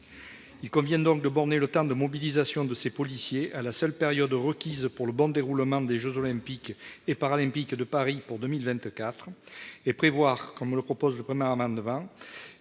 Il convient donc de borner le temps de mobilisation de ses policiers à la seule période requise pour le bon déroulement des Jeux olympiques et paralympiques de Paris pour 2024 et prévoir comme le propose le 1er amendement